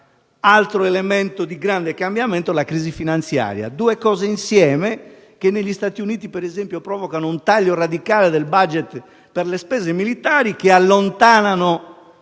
altro elemento di grande cambiamento è rappresentato dalla crisi finanziaria. Due cose insieme che negli Stati Uniti, ad esempio, provocano un taglio radicale del *budget* per le spese militari, che allontanano